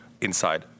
inside